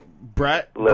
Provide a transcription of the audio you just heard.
Brett